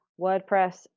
WordPress